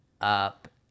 up